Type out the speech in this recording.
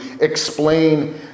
explain